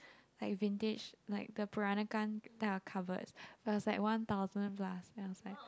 like vintage like the Peranakan type of covered but it's like one thousand plus